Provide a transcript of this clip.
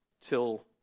till